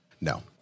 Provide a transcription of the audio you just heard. No